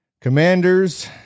Commanders